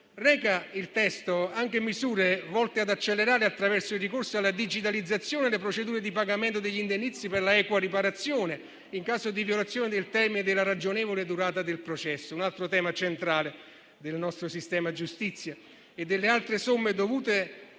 testo reca anche misure volte ad accelerare, attraverso il ricorso alla digitalizzazione, le procedure di pagamento degli indennizzi per la equa riparazione, in caso di violazione del termine della ragionevole durata del processo - un altro tema centrale del nostro sistema giustizia - e delle altre somme dovute